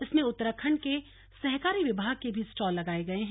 इसमें उत्तराखण्ड के सहकारी विभाग के भी स्टॉल लगाए गए हैं